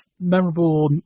memorable